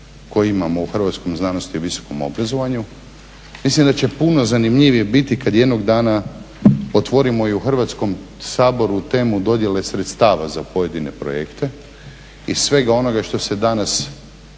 koji imamo u Hrvatskoj znanosti i visokom obrazovanju. Mislim da će puno zanimljivije biti kada jednog dana otvorimo i u Hrvatskom saboru temu dodjele sredstava za pojedine projekte iz svega onoga što se danas